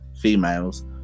females